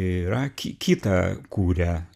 yra ki kitą kuria